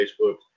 facebook